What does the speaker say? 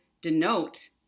denote